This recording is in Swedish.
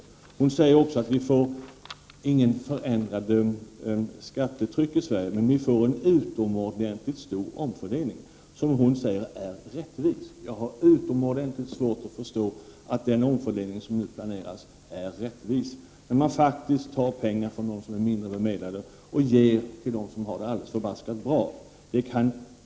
Anita Gradin säger att vi får ingen förändring av skattetrycket i Sverige, men vi får en utomordentligt stor omfördelning, som hon säger är rättvis. Jag har oerhört svårt att förstå att den omfördelning som nu planeras är rättvis, när man faktiskt tar pengar från dem som är mindre bemedlade och ger till dem som har det alldeles förbaskat bra.